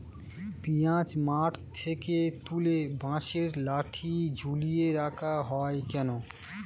পিঁয়াজ মাঠ থেকে তুলে বাঁশের লাঠি ঝুলিয়ে রাখা হয় কেন?